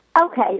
Okay